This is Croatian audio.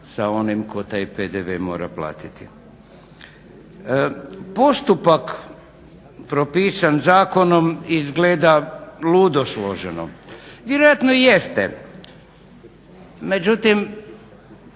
sa onim tko taj PDV mora platiti. Postupak propisan zakonom izgleda ludo složeno, vjerojatno i jeste. Međutim